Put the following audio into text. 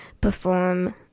perform